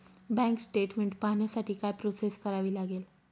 Bank statement पाहण्यासाठी काय process करावी लागेल?